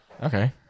Okay